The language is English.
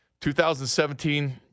2017